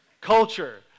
Culture